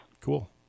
cool